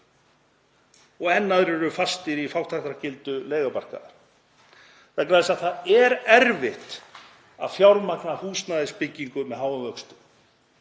og enn aðrir eru fastir í fátæktargildru leigumarkaðar, vegna þess að það er erfitt að fjármagna húsnæðisbyggingu með háum vöxtum